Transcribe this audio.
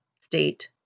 State